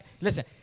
Listen